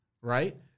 right